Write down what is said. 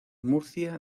murcia